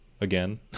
again